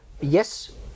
yes